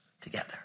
together